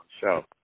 show